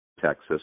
Texas